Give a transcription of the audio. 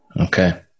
Okay